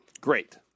Great